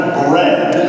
bread